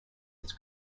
its